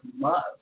love